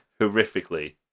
horrifically